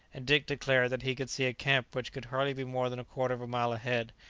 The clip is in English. and dick declared that he could see a camp which could hardly be more than a quarter of a mile ahead.